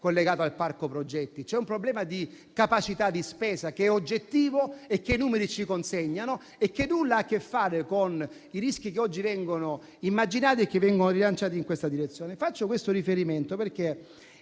C'è un problema di capacità di spesa che è oggettivo, che i numeri ci consegnano e che nulla ha a che fare con i rischi che vengono oggi immaginati e rilanciati in questa direzione. Faccio questo riferimento perché